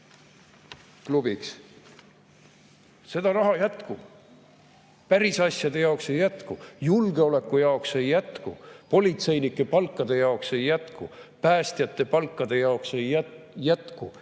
Seda raha jätkub. Päris asjade jaoks ei jätku. Julgeoleku jaoks ei jätku, politseinike palkade jaoks ei jätku, päästjate palkade jaoks ei jätku,